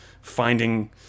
finding